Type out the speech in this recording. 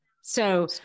So-